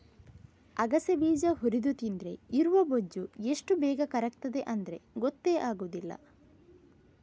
ಅಗಸೆ ಬೀಜ ಹುರಿದು ತಿಂದ್ರೆ ಇರುವ ಬೊಜ್ಜು ಎಷ್ಟು ಬೇಗ ಕರಗ್ತದೆ ಅಂದ್ರೆ ಗೊತ್ತೇ ಆಗುದಿಲ್ಲ